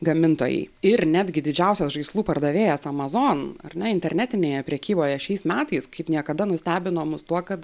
gamintojai ir netgi didžiausias žaislų pardavėjas amazon ar ne internetinėje prekyboje šiais metais kaip niekada nustebino mus tuo kad